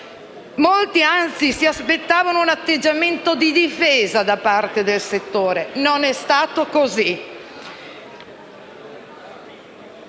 Molti, anzi, si aspettavano un atteggiamento di difesa da parte del settore, ma non è stato così.